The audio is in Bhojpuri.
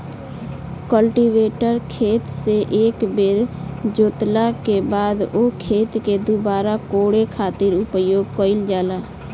कल्टीवेटर खेत से एक बेर जोतला के बाद ओ खेत के दुबारा कोड़े खातिर उपयोग कईल जाला